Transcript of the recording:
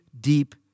deep